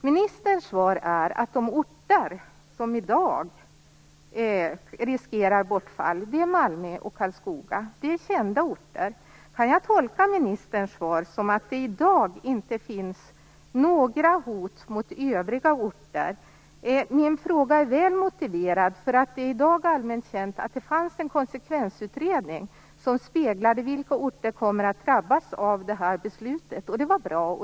Ministerns svar är att de orter som i dag riskerar bortfall är Malmö och Karlskoga. Det är kända orter. Kan jag tolka ministerns svar som att det i dag inte finns några hot mot övriga orter? Min fråga är väl motiverad. Det är ju i dag allmänt känt att det fanns en konsekvensutredning som speglade vilka orter som kommer att drabbas av det här beslutet. Det var bra.